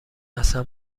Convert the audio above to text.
اصلا